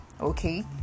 okay